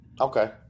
Okay